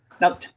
now